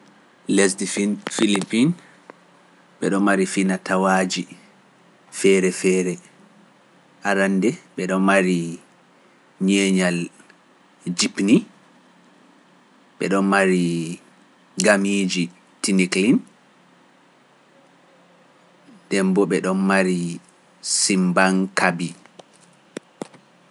Lesdi Filipiin, ɓeɗo mari finatawaaji feere feere, arannde ɓeɗo mari ñeeñal jipni, ɓeɗo mari gamiiji tiniklin, demboo ɓeɗo mari simbang kabi.